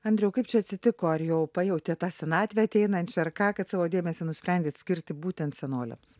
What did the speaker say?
andriau kaip čia atsitiko ar jau pajautėt tą senatvę ateinančią ar ką kad savo dėmesį nusprendėt skirti būtent senoliams